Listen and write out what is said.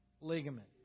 ligament